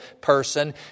person